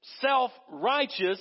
self-righteous